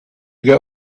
get